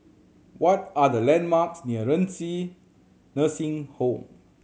what are the landmarks near Renci Nursing Home